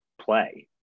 play